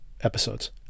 episodes